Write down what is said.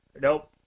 nope